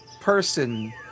person